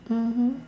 mmhmm